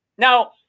Now